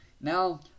now